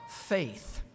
faith